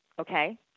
okay